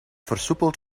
versoepeld